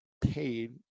paid